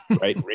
right